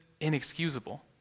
inexcusable